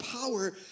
power